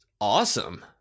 awesome